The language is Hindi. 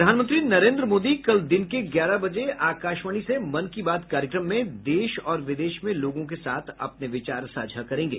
प्रधानमंत्री नरेंद्र मोदी कल दिन के ग्यारह बजे आकाशवाणी से मन की बात कार्यक्रम में देश और विदेश में लोगों के साथ अपने विचार साझा करेंगे